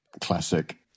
classic